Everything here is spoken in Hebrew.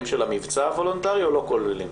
של המבצע הוולונטרי או לא כוללים?